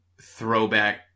throwback